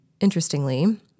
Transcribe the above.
Interestingly